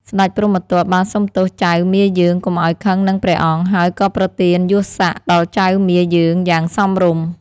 ស្តេចព្រហ្មទត្តបានសុំទោសចៅមាយើងកុំឱ្យខឹងនឹងព្រះអង្គ ហើយក៏ប្រទានយសសក្តិដល់ចៅមាយើងយ៉ាងសមរម្យ។